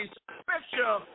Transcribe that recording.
special